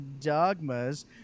dogmas